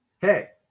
hey